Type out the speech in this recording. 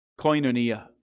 Koinonia